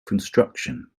construction